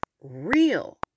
real